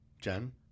Jen